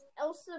Elsa